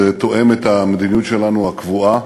זה תואם את המדיניות שלנו הקבועה,